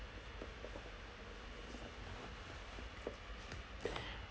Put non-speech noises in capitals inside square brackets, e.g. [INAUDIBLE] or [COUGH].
[BREATH]